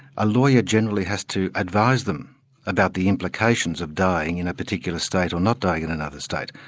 a lawyer generally has to advise them about the implications of dying in a particular state or not dying in another state.